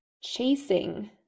chasing